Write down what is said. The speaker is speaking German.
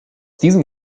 diesem